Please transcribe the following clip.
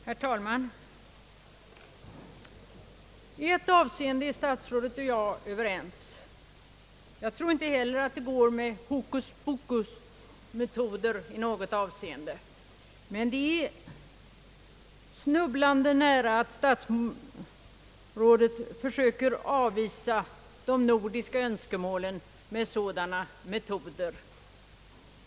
Herr talman! I ett avseende är statsrådet och jag överens: jag tror inte heller att det går med hokuspokusmetoder i något avseende. Men det är snubblande nära att statsrådet försöker avvisa de nordiska önskemålen med sådana metoder.